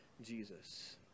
Jesus